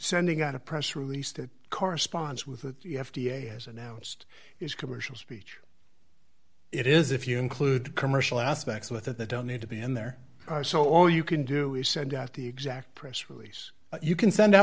sending out a press release that corresponds with the f d a has announced its commercial speech it is if you include the commercial aspects with it that don't need to be in there so all you can do is send out the exact press release you can send out